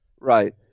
right